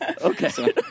Okay